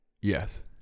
yes